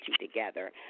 together